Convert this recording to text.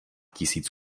tisíc